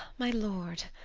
my lord,